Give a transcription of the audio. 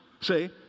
see